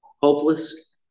Hopeless